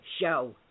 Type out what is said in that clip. show